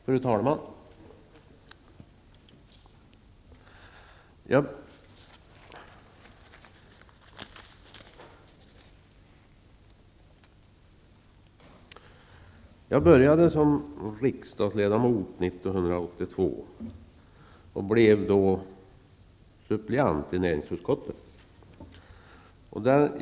Fru talman! Jag började som riksdagsledamot år 1982 och blev då suppleant i näringsutskottet.